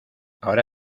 ahora